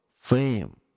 fame